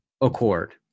accord